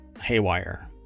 haywire